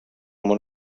món